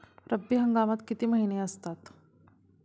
रब्बी हंगामात किती महिने असतात?